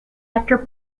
after